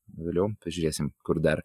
vėliau pažiūrėsim kur dar